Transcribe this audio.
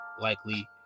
likely